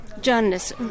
journalists